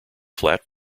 flat